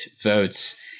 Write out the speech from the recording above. votes